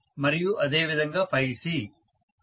మరియు అదేవిధంగా C